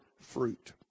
fruit